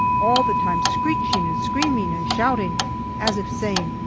all the time screeching and screaming and shouting as if saying,